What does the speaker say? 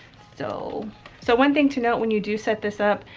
so so one thing to note when you do set this up,